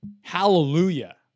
hallelujah